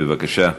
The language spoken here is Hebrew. בבקשה,